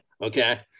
okay